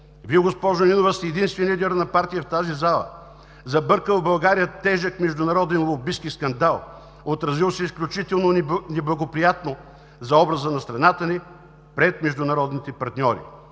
Вие, госпожо Нинова, сте единствен лидер на партия в тази зала, забъркал България в тежък международен лобистки скандал, отразил се изключително неблагоприятно за образа на страната ни пред международните партньори,